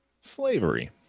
Slavery